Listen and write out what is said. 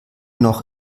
noch